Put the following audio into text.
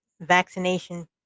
vaccination